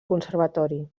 conservatori